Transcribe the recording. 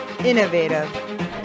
Innovative